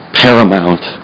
paramount